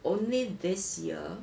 only this year